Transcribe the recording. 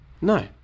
no